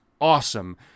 awesome